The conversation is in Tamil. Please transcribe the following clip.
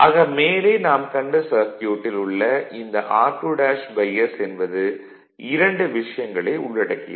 ஆக மேலே நாம் கண்ட சர்க்யூட்டில் உள்ள இந்த r2' s என்பது இரண்டு விஷயங்களை உள்ளடக்கியது